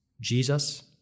Jesus